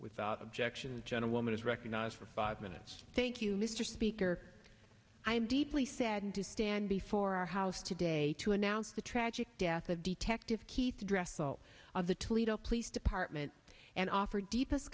without objection gentlewoman is recognized for five minutes thank you mr speaker i am deeply saddened to stand before our house today to announce the tragic death of detective keith address all of the toledo police department and offer deepest